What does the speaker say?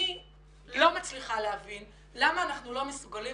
אני לא מצליחה להבין למה אנחנו לא מסוגלים